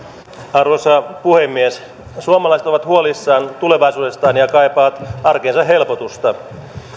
arvoisa puhemies suomalaiset ovat huolissaan tulevaisuudestaan ja kaipaavat arkeensa helpotusta